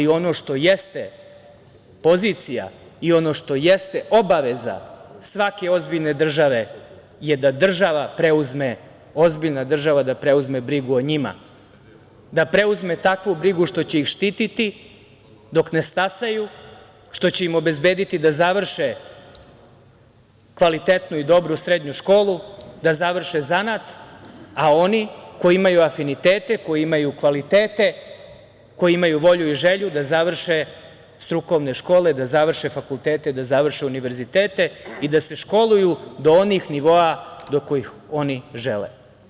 Ono što jeste pozicija i ono što jeste obaveza svake ozbiljne države je da ozbiljna država preuzme brigu o njima, da preuzme takvu brigu što će ih štititi dok ne stasaju, što će im obezbediti da završe kvalitetnu i dobru srednju školu, da završe zanat, a oni koji imaju afinitete, koji imaju kvalitete, koji imaju volju i želju da završe strukovne škole, da završe fakultete, da završe univerzitete i da se školuju do onih nivoa do kojih oni žele.